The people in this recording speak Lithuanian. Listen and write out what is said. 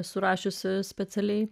surašiusi specialiai